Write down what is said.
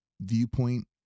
viewpoint